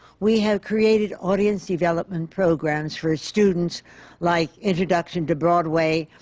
we have created audience development programs for students like introduction to broadway,